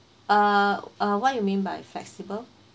uh uh what you mean by flexible